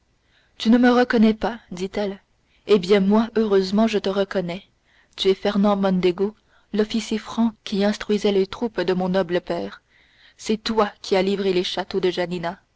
tu ne me reconnais pas dit-elle eh bien moi heureusement je te reconnais tu es fernand mondego l'officier franc qui instruisait les troupes de mon noble père c'est toi qui as livré les châteaux de